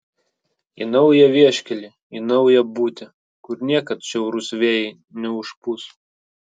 į naują vieškelį į naują buitį kur niekad šiaurūs vėjai neužpūs